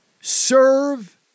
serve